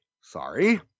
Sorry